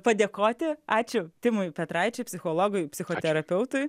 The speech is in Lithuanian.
padėkoti ačiū timui petraičiui psichologui psichoterapeutui